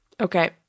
Okay